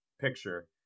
picture